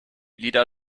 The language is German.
lieder